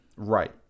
Right